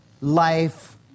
life